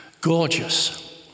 gorgeous